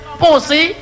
pussy